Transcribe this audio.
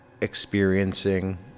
experiencing